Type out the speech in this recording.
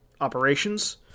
operations